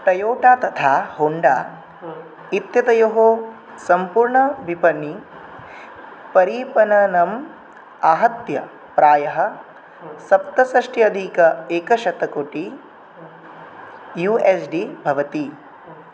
Toyota तथा Honda इत्यतयोः सम्पूर्णविपणिपरिपणनम् आहत्य प्रायः सप्तषष्ट्यधिकम् एकशतकोटी यू एस् डि भवति